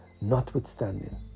notwithstanding